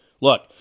Look